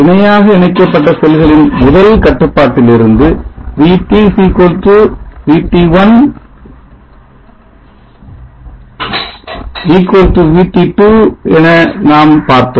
இணையாக இணைக்கப்பட்ட செல்களின் முதல் கட்டுப்பாட்டிலிருந்து VT VT1 VT2 என நாம் பார்த்தோம்